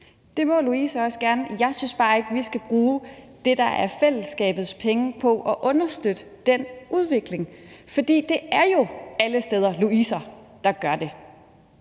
Det må Louise også gerne. Jeg synes bare ikke, at vi skal bruge det, der er fællesskabets penge, på at understøtte den udvikling. For det er alle steder Louiser, der gør det.